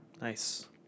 Nice